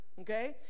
okay